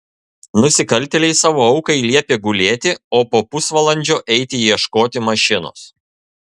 nusikaltėliai savo aukai liepė gulėti o po pusvalandžio eiti ieškoti mašinos